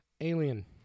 Alien